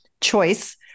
choice